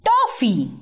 Toffee